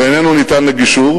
ואיננו ניתן לגישור.